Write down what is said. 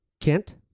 Kent